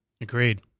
Agreed